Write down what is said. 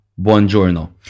Buongiorno